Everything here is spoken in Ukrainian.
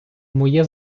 моє